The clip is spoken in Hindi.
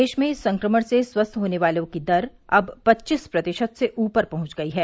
देश में संक्रमण से स्वस्थ होने वालों की दर अब पच्चीस प्रतिशत से ऊपर पहुंच गई है